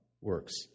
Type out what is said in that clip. works